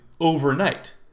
overnight